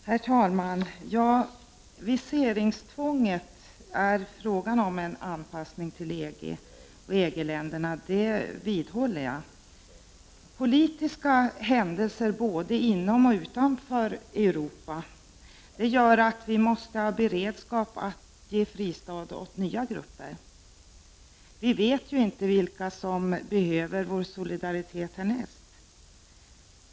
Herr talman! Viseringstvånget är en anpassning till EG-länderna. Det vidhåller jag. Politiska händelser både inom och utanför Europa gör att vi måste ha beredskap att ge fristad åt nya grupper. Vi vet inte vilka som behöver vår solidaritet härnäst.